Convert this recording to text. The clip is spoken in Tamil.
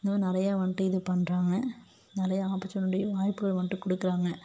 இந்த மாரி நிறையா வந்துட்டு இது பண்ணுறாங்க நிறையா ஆப்பர்ச்சுனட்டியும் வாய்ப்புகள் வந்துட்டு கொடுக்குறாங்க